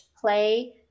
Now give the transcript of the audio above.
play